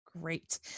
Great